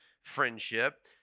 friendship